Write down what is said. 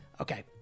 Okay